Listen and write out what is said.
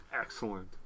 Excellent